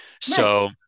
So-